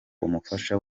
umufasha